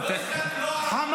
לא הזכרתי לא ערבים --- חמד,